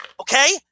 Okay